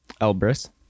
elbrus